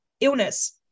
illness